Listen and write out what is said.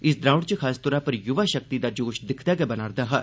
इस द्रौड़ च खासतौर उप्पर युवा शक्ति दा जोश दिक्खदे गै बना'रदा हा